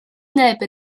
neb